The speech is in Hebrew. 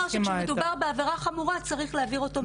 שכשמדובר בעבירה חמורה צריך להעביר אותו.